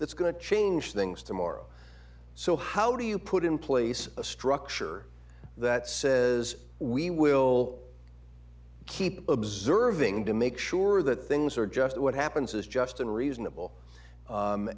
that's going to change things tomorrow so how do you put in place a structure that says we will keep observing to make sure that things are just what happens is just unreasonable